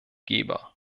geber